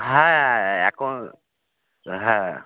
হ্যাঁ এএখন হ্যাঁ